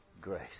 grace